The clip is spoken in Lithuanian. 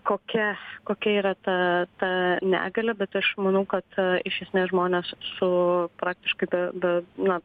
kokia kokia yra ta ta negalia bet aš manau kad iš esmės žmonės su praktiškai be be na